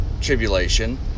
tribulation